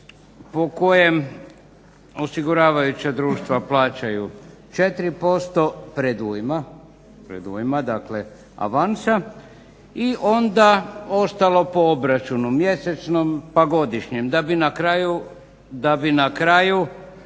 po kojem osiguravajuća društva plaćaju 4% predujma, dakle avansa, i onda ostalo po obračunu mjesečnom pa godišnjem da bi na kraju